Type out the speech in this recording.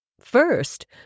First